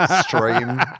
stream